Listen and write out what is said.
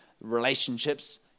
relationships